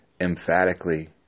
emphatically